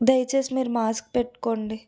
దయచేసి మీరు మాస్క్ పెట్టుకోండి